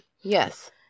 Yes